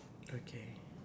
okay